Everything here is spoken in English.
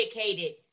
educated